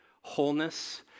wholeness